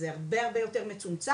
זה הרבה הרבה יותר מצומצם,